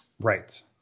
Right